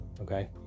okay